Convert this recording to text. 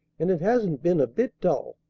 and it hasn't been a bit dull.